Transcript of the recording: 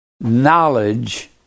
knowledge